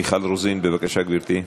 מיכל רוזין בבקשה, גברתי,